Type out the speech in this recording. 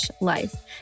life